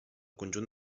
conjunt